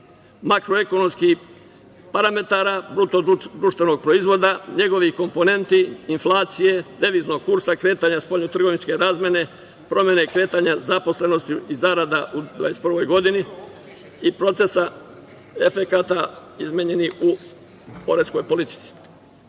makroekonomskih parametara, bruto društvenog proizvoda, njegovi komponenti, inflacije, deviznog kursa, kretanja spoljno-trgovinske razmene, promene kretanja zaposlenosti i zarada u 21. godini i procesa efekata izmenjenih u poreskoj politici. Pandemija